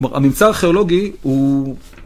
כלומר, הממצא ארכיאולוגי הוא...